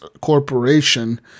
corporation